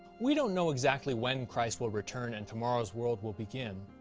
we don't know exactly when christ will return and tomorrow's world will begin.